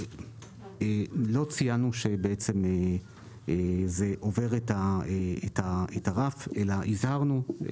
לא ציינו שזה עובר את הרף אלא האזהרה הייתה